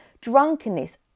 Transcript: drunkenness